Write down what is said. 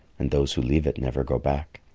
and those who leave it never go back.